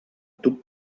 tub